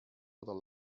oder